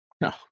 No